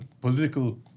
political